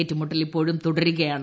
ഏറ്റുമുട്ടൽ ഇപ്പോഴും തുടരുകയാണ്